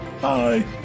Bye